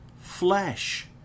flesh